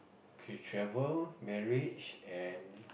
okay travel marriage and